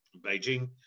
Beijing